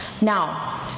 Now